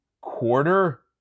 quarter